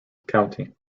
county